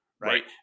right